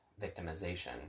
victimization